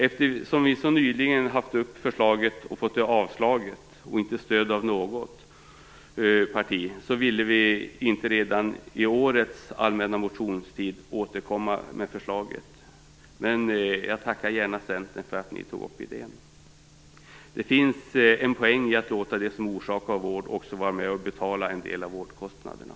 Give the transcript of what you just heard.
Eftersom vi så nyligen haft uppe förslaget men inte fått stöd av något parti utan fått det avslaget, ville vi inte redan i år under den allmänna motionstiden återkomma med förslaget. Men jag tackar gärna Centern för att ni tog upp idén. Det finns en poäng i att låta det som orsakar vård också vara med och betala en del av vårdkostnaderna.